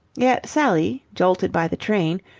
yet, sally, jolted by the train,